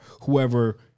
whoever